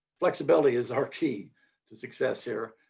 flexibility is our key to success here.